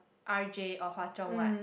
R_J or Hwa-Chong what